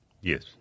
Yes